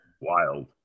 wild